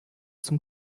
zum